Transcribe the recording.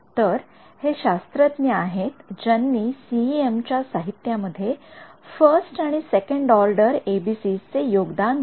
तर हे शास्रज्ञ आहेत ज्यांनी सीइएम च्या साहित्यामध्ये फर्स्ट आणि सेकंड ऑर्डर एबीसीज चे योगदान दिले